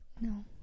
no